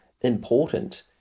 important